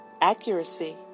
accuracy